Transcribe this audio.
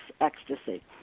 ecstasy